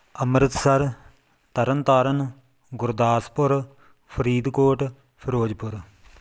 Amritsar Tarn Taran Gurdaspur Faridkot Firozpur